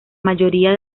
mayoría